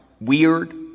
weird